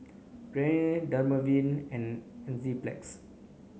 Rene Dermaveen and Enzyplex